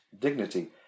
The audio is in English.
dignity